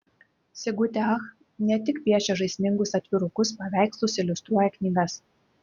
sigutė ach ne tik piešia žaismingus atvirukus paveikslus iliustruoja knygas